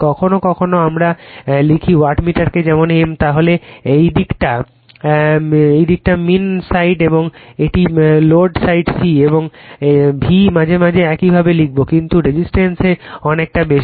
কখনও কখনও আমরা লিখি ওয়াটমিটারকে যেমন m l তাহলে এদিকটা মিন সাইড এবং এটি লোড সাইড Cএবং V মাঝে মাঝে এভাবে লিখব কিন্তু রেজিস্টান্স এ অনেকটা বেশি